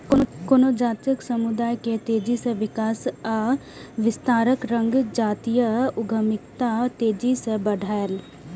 कोनो जातीय समुदाय के तेजी सं विकास आ विस्तारक संग जातीय उद्यमिता तेजी सं बढ़लैए